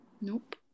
nope